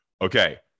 Okay